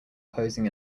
posing